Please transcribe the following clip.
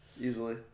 Easily